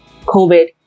COVID